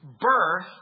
birth